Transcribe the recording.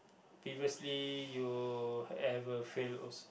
previously you ever failed